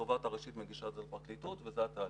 התובעת הראשית מגישה את זה לפרקליטות וזה התהליך.